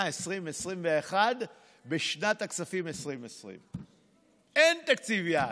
2021 בשנת הכספים 2020. אין תאריך יעד.